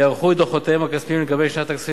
יערכו את דוחותיהן הכספיים לגבי שנת הכספים